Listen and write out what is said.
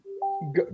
go